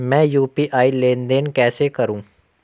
मैं यू.पी.आई लेनदेन कैसे करूँ?